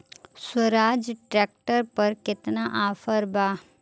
Swaraj tractor पर केतना offer बा?